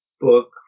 book